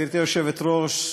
גברתי היושבת-ראש,